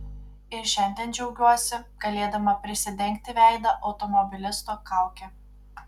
ir šiandien džiaugiuosi galėdama prisidengti veidą automobilisto kauke